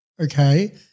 okay